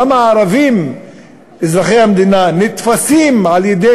למה הערבים אזרחי המדינה נתפסים על-ידי